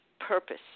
Purpose